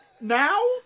Now